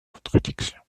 contradiction